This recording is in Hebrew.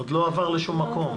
עוד לא עבר לשום מקום.